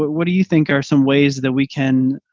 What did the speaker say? but what do you think are some ways that we can,